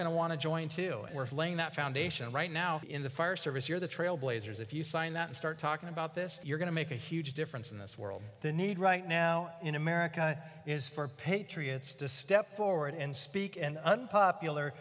going to want to join to laying that foundation right now in the fire service you're the trailblazers if you sign that and start talking about this you're going to make a huge difference in this world the need right now in america is for patriots to step forward and speak an unpopular